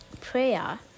prayer